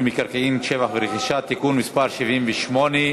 מקרקעין (שבח ורכישה) (תיקון מס' 78),